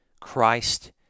Christ